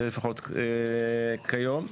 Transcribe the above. לפחות כיום,